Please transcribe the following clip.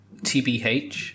tbh